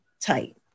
tight